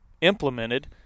implemented